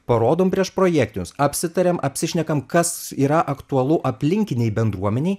parodom priešprojektinius apsitariam apsišnekam kas yra aktualu aplinkinei bendruomenei